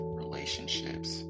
relationships